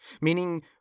Meaning